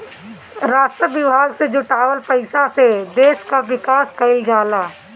राजस्व विभाग से जुटावल पईसा से देस कअ विकास कईल जाला